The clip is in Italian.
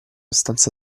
stanza